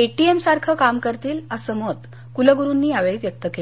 ATM सारखं काम करतील असं मत कुलगुरूंनी यावेळी व्यक्त केलं